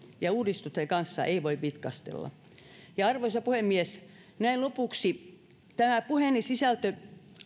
ja uudistusten kanssa ei voi vitkastella arvoisa puhemies näin lopuksi tämän puheeni sisältö